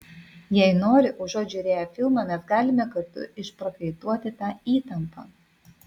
jei nori užuot žiūrėję filmą mes galime kartu išprakaituoti tą įtampą